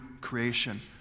creation